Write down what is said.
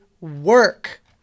work